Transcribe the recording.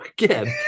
again